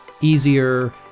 easier